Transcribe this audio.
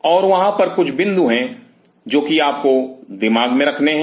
और वहां पर कुछ बिंदु हैं जो कि आपको दिमाग में रखने हैं